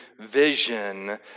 vision